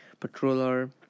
Patroller